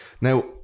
Now